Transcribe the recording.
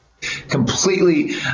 completely